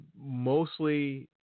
mostly